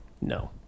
No